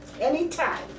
Anytime